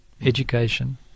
education